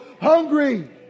hungry